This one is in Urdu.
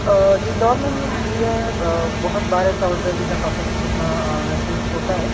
جس دور میں ہم لوگ جی رہے ہیں بہت بار ایسا ہوتا ہے کہ ثقافتی صدمہ محسوس ہوتا ہے